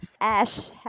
Ash